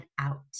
out